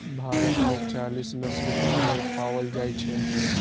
भारत मे चालीस नस्ल के भेड़ पाओल जाइ छै